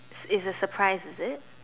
it's a surprise is it